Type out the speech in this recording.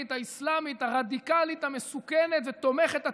האסלאמית הרדיקלית המסוכנת ותומכת הטרור.